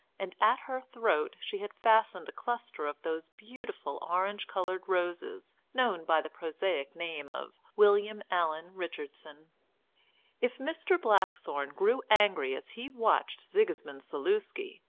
and at her throat she had fastened a cluster of those beautiful orange-coloured roses known by the prosaic name of william allan richardson if mr. blackthorne grew angry as he watched sigismund zaluski,